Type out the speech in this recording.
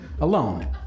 alone